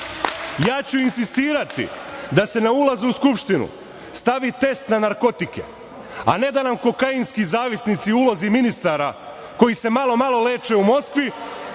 ću insistirati da se na ulazu u Skupštinu stavi test za narkotike, a ne da nam kokainski zavisnici u ulozi ministara koji se malo malo leče u Moskvi,